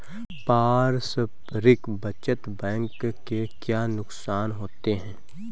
पारस्परिक बचत बैंक के क्या नुकसान होते हैं?